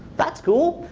that's cool.